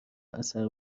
اثر